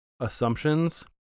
assumptions